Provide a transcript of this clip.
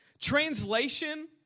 Translation